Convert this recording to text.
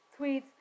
tweets